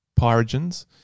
pyrogens